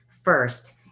first